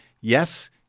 yes